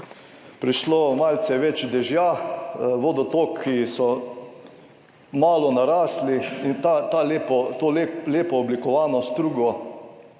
prišlo malce več dežja, vodotoki so malo narasli in to lepo oblikovano strugo